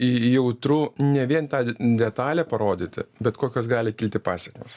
jautru ne vien tą detalę parodyti bet kokios gali kilti pasekmės